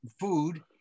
food